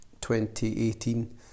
2018